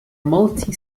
multi